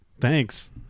Thanks